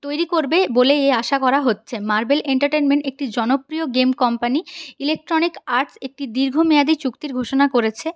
তৈরি করবে বলেই এ আশা করা হচ্ছে মার্বেল এন্টারটেনমেন্ট একটি জনপ্রিয় গেম কোম্পানি ইলেকট্রনিক আর্টস একটি দীর্ঘমেয়াদী চুক্তির ঘোষণা করেছে